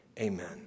Amen